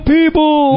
People